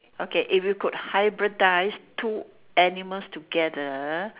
okay if you could hybridise two animals together